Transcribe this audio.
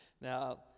now